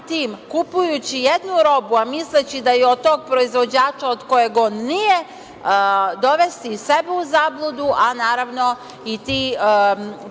tim, kupujući jednu robu, a misleći da je od tog proizvođača od kojeg on nije, dovesti i sebe u zabludu a naravno i ti